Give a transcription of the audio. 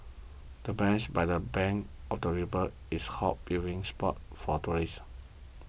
the bench by the bank of the river is hot viewing spot for tourists